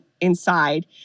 inside